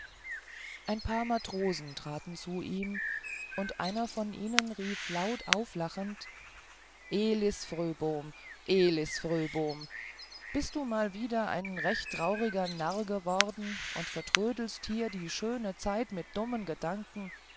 ein paar matrosen traten zu ihm und einer von ihnen rief laut auflachend elis fröbom elis fröbom bist du mal wieder ein recht trauriger narr worden und vertrödelst die schöne zeit mit dummen gedanken